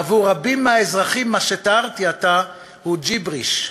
עבור רבים מהאזרחים מה שתיארתי עתה הוא ג'יבריש,